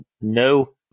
no